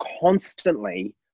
constantly